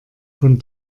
von